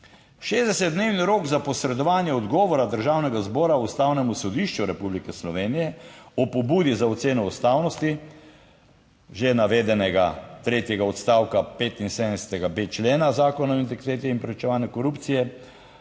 60-dnevni rok za posredovanje odgovora Državnega zbora Ustavnemu sodišču Republike Slovenije o pobudi za oceno ustavnosti že navedenega tretjega odstavka 75.b člena Zakona o integriteti in preprečevanju korupcije,